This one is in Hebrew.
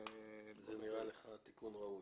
וזה נראה לך תיקון ראוי.